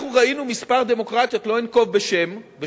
אנחנו ראינו כמה דמוקרטיות, לא אנקוב בשמות,